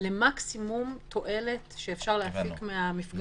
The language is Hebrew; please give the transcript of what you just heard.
למקסימום תועלת שאפשר להפיק מהמפגש ביחידות הסיוע.